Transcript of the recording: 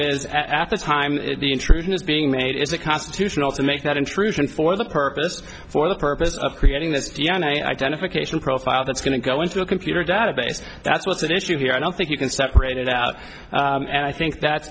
is at the time the intrusion is being made is it constitutional to make that intrusion for the purpose for the purpose of creating this d n a identification profile that's going to go into the computer database that's what's at issue here i don't think you can separate it out and i think that